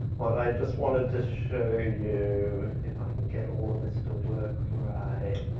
what i just wanted to show you if i can get all of this to work right.